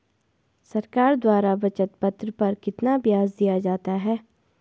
सरकार द्वारा बचत पत्र पर कितना ब्याज दिया जाता है?